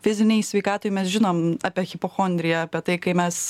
fizinei sveikatai mes žinom apie hipochondriją apie tai kai mes